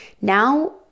now